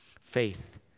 faith